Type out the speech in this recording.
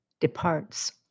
departs